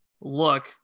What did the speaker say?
look